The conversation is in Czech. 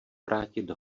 vrátit